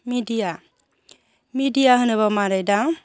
media media होनोबा मारै दा